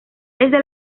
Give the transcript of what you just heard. desde